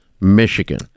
Michigan